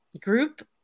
group